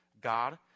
God